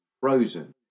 frozen